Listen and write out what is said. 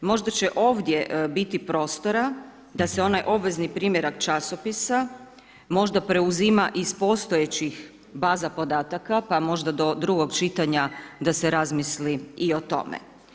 Možda će ovdje biti prostora da se onaj obvezni primjerak časopisa možda preuzima iz postojećih baza podataka pa možda do drugog čitanja da se razmisli i o tome.